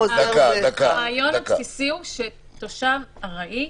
הרעיון הבסיסי הוא שתושב ארעי,